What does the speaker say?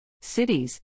Cities